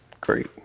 great